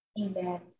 Amen